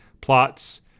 plots